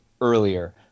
earlier